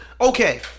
Okay